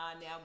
now